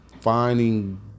finding